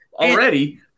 already